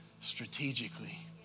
strategically